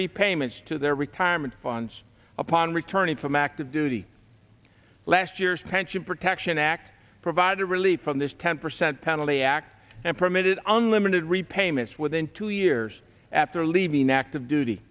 repayments to their retirement funds upon returning from active duty last years pension protection act provided relief from this ten percent penalty act and permitted unlimited repayments within two years after leaving active duty